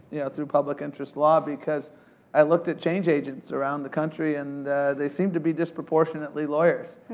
yeah through public interest law because i looked at change agents around the country and they seemed to be disproportionally lawyers.